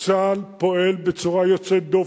צה"ל פועל בצורה יוצאת דופן,